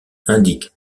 indique